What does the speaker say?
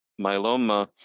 myeloma